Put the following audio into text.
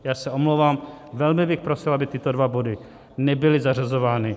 Já se omlouvám, velmi bych prosil, aby tyto dva body nebyly zařazovány.